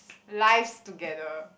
lives together